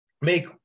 make